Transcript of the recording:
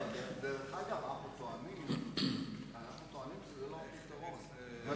דרך אגב, אנחנו טוענים שזה לא הפתרון, אבל